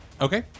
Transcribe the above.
Okay